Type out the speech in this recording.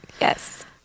Yes